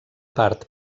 part